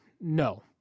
no